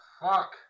fuck